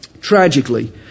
Tragically